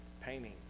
painting